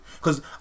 Cause